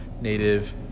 native